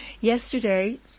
Yesterday